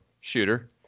shooter